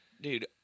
Dude